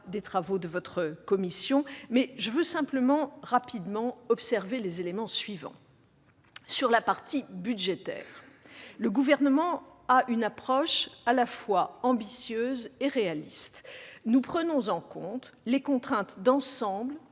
doute état. Je me contenterai de faire rapidement observer les éléments suivants. Sur la partie budgétaire, le Gouvernement a une approche à la fois ambitieuse et réaliste. Nous prenons en compte les contraintes d'ensemble